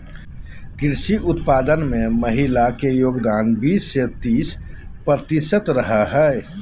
कृषि उत्पादन में महिला के योगदान बीस से तीस प्रतिशत रहा हइ